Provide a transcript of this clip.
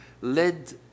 led